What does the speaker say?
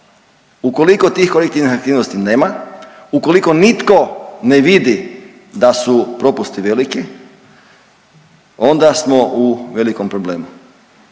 Ukoliko tih korektivnih aktivnosti nema, ukoliko nitko ne vidi da su propusti veliki onda smo u velikom problemu.